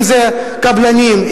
אם קבלנים,